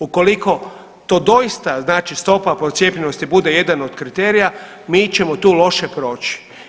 Ukoliko to doista znači stopa procijepljenosti bude jedan od kriterija mi ćemo tu loše proći.